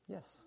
Yes